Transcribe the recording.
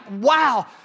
wow